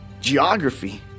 geography